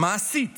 מעשית